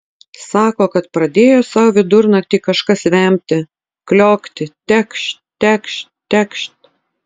sako kad pradėjo sau vidurnaktį kažkas vemti kliokti tekšt tekšt tekšt